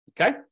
Okay